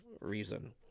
reason